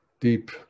Deep